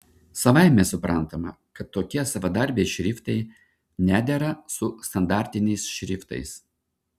savaime suprantama kad tokie savadarbiai šriftai nedera su standartiniais šriftais